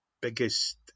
biggest